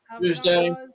Tuesday